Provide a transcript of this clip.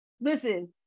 Listen